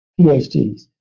PhDs